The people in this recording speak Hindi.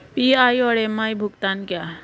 पी.आई और एम.आई भुगतान क्या हैं?